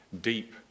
deep